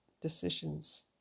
decisions